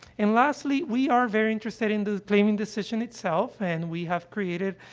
and lastly, we are very interested in the claiming decision itself, and we have created,